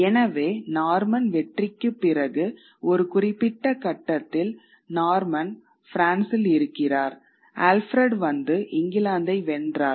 எனவே நார்மன் வெற்றிக்குப் பிறகு ஒரு குறிப்பிட்ட கட்டத்தில் நார்மன் பிரான்சில் இருக்கிறார் ஆல்ஃபிரட் வந்து இங்கிலாந்தை வென்றார்